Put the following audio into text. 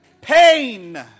pain